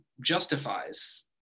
justifies